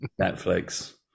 netflix